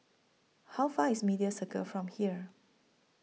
How Far away IS Media Circle from here